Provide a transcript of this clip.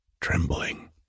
trembling